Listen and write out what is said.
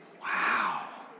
Wow